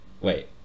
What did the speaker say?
Wait